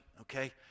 Okay